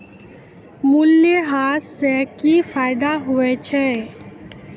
मूल्यह्रास से कि फायदा होय छै?